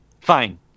fine